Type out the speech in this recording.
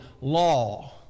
law